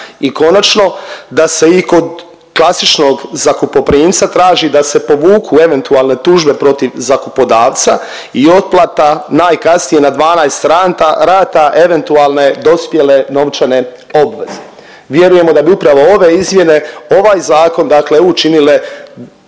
I konačno da se i kod klasičnog zakupoprimca traži da se povuku eventualne tužbe protiv zakupodavca i otplata najkasnije na 12 rata eventualne dospjele novčane obveze. Vjerujemo da bi upravo ove izmjene, ovaj zakon dakle